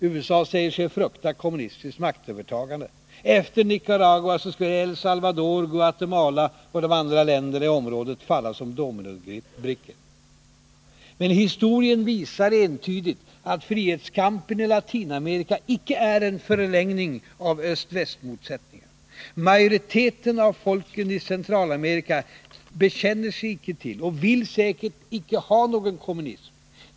USA säger sig frukta kommunistiskt maktövertagande; efter Nicaragua skulle El Salvador, Guatemala och de andra länderna i området falla som dominobrickor. Men historien visar entydigt att frihetskampen i Latinamerika inte är en förlängning av öst-väst-motsättningar. Majoriteten av folken i Centralamerika bekänner sig inte till och vill säkert inte ha någon kommunism.